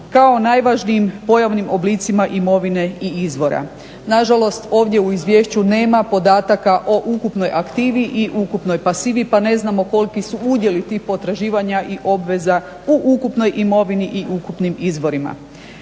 kao najvažnijim pojavnim oblicima imovine i izvora. Nažalost ovdje u izvješću nema podataka o ukupnoj aktivi i ukupnoj pasivi pa ne znamo koliki su udjeli tih potraživanja i obveza u ukupnoj imovini i ukupnim izvorima.